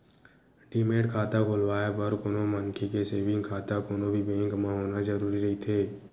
demat खाता खोलवाय बर कोनो मनखे के सेंविग खाता कोनो भी बेंक म होना जरुरी रहिथे